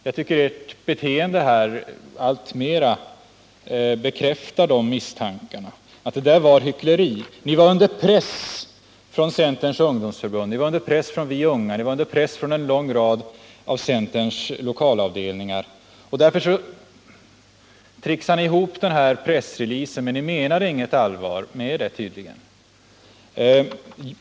Jag tycker att ert beteende här alltmera bekräftar misstanken att det rörde sig om hyckleri. Ni var under press från Centerns ungdomsförbund, från Vi unga och från en lång rad av centerns lokalavdelningar, och därför trixade ni ihop er pressrelease, men ni menade tydligen inte allvar med den.